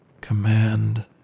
Command